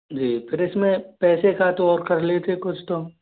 जी फिर इसमें पैसे का तो और कर लेते कुछ तो